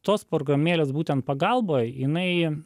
tos programėlės būtent pagalba jinai